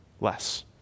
less